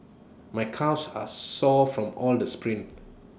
my calves are sore from all the sprints